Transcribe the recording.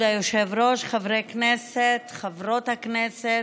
כבוד היושב-ראש, חברי כנסת, חברות הכנסת,